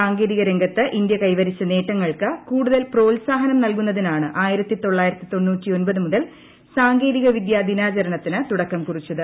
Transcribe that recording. സാങ്കേതിക രംഗത്ത് ഇന്തൃ കൈവരിച്ച നേട്ടങ്ങൾക്ക് കൂടുതൽ പ്രോൽസാഹനം നൽകുന്നതിനാണ് മുതൽ സാങ്കേതികവിദ്യാ ദിനാചരണത്തിന് തുട്ക്കം കുറിച്ചത്